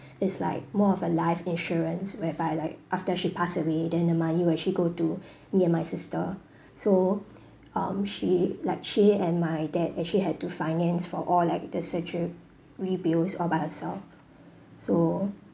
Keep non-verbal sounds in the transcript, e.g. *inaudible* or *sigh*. *breath* it's like more of a life insurance whereby like after she passed away then money will actually go to *breath* me and my sister *breath* so um she like she and my dad actually had to finance for all like the surgery bills all by herself so